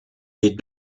les